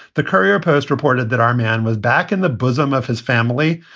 the courier post reported that our man was back in the bosom of his family.